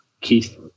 Keith